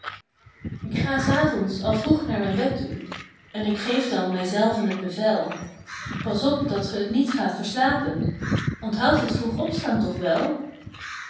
ga s avonds al vroeg naar mijn bed toe en k geef dan mijzelven t bevel pas op dat ge t niet gaat verslapen onthoud het vroeg opstaan toch wel